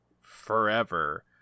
forever